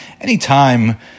anytime